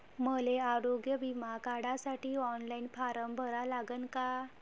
मले आरोग्य बिमा काढासाठी ऑनलाईन फारम भरा लागन का?